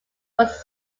was